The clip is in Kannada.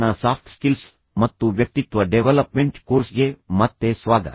ಯ ಸಾಫ್ಟ್ ಸ್ಕಿಲ್ಸ್ ಮತ್ತು ಡೆವಲಪ್ಮೆಂಟ್ ಕೋರ್ಸ್ಗೆ ಮತ್ತೆ ಸ್ವಾಗತ